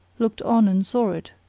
looked on and saw it,